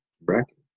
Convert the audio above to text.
bracket